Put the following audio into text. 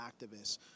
activists